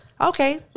Okay